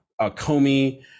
Comey